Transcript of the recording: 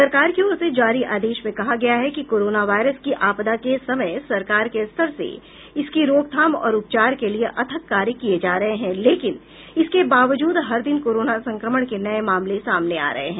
सरकार की ओर से जारी आदेश में कहा गया है कि कोरोना वायरस की आपदा के समय सरकार के स्तर से इसकी रोकथाम और उपचार के लिए अथक कार्य किए जा रहे हैं लेकिन इसके बावजूद हर दिन कोरोना संक्रमण के नए मामले सामने आ रहे हैं